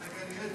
לך על זה.